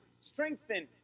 strengthen